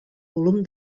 volum